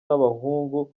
n’abahungu